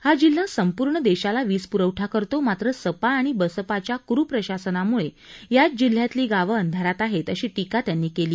हा जिल्हा संपूर्ण देशाला वीजपुरवठा करतो मात्र सपा आणि बसपाच्या कुप्रशासनामुळे याच जिल्ह्यातली गावं अंधारात आहेत अशी टीका त्यांनी यावेळी केली